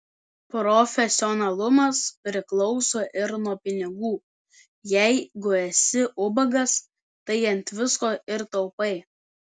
profesionalumas priklauso ir nuo pinigų jeigu esi ubagas tai ant visko ir taupai